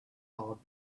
called